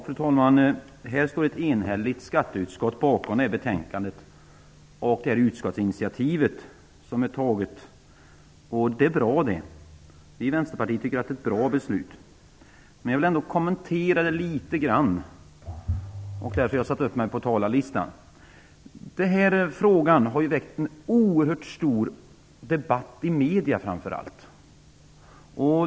Fru talman! Ett enhälligt skatteutskott står bakom det här betänkandet och det utskottsinitiativ som är taget. Det är bra. Vi i Vänsterpartiet tycker att det är ett bra beslut. Jag vill ändå kommentera det litet grand, och därför har jag satt upp mig på talarlistan. Den här frågan har väckt en oerhört stor debatt i framför allt medierna.